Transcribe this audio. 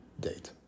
date